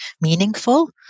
meaningful